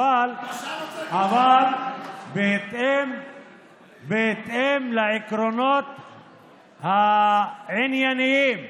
אבל בהתאם לעקרונות הענייניים.